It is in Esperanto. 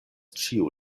ĉiu